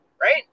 right